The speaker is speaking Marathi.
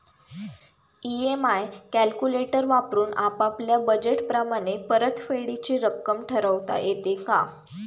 इ.एम.आय कॅलक्युलेटर वापरून आपापल्या बजेट प्रमाणे परतफेडीची रक्कम ठरवता येते का?